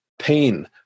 pain